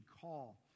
call